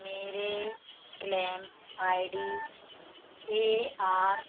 मेरे claim I D A are